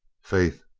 faith,